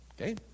Okay